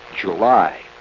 July